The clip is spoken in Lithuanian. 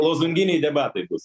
lozunginiai debatai bus